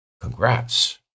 Congrats